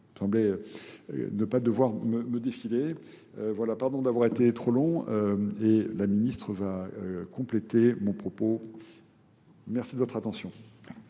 Mme Lavarde, ne pas devoir me défiler, pardon d'avoir été trop long, et la ministre va compléter mon propos. Merci de votre attention.